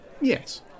Yes